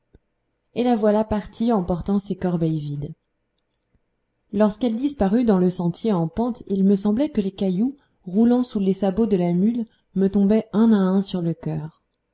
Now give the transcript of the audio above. et la voilà partie emportant ses corbeilles vides lorsqu'elle disparut dans le sentier en pente il me semblait que les cailloux roulant sous les sabots de la mule me tombaient un à un sur le cœur